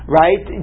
right